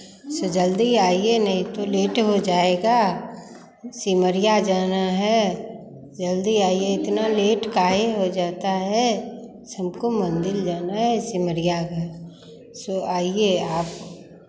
से जल्दी आइए नहीं तो लेट हो जाएगा सिमरिया जाना है जल्दी आइए इतना लेट काहे हो जाता है से हमको मंदिर जाना है सिमरिया घाट सो आइए आप